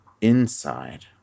inside